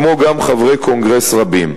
כמו גם חברי קונגרס רבים.